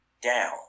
down